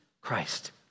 Christ